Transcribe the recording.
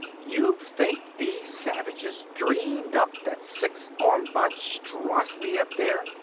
you think these savages dreamed up that six-armed monstrosity, up there,